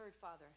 Father